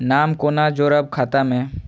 नाम कोना जोरब खाता मे